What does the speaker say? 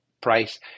price